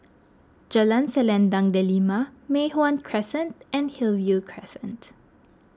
Jalan Selendang Delima Mei Hwan Crescent and Hillview Crescent